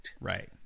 Right